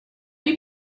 you